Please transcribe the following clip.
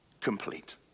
complete